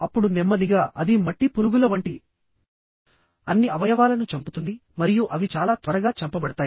అప్పుడు నెమ్మదిగా అది మట్టి పురుగుల వంటి అన్ని అవయవాలను చంపుతుంది మరియు అవి చాలా త్వరగా చంపబడతాయి